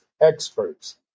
experts